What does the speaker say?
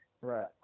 Right